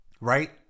Right